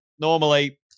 Normally